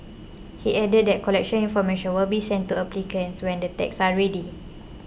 he added that collection information will be sent to applicants when the tags are ready